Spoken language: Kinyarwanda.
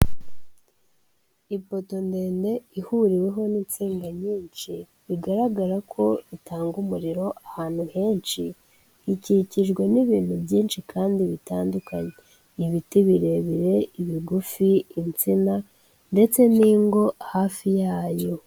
Ipoto ndende ihuriweho n'insinga nyinshi, bigaragara ko itanga umuriro ahantu henshi, ikikijwe n'ibintu byinshi kandi bitandukanye: Ibiti birebire, bigufi, insina ndetse n'ingo hafi yayo.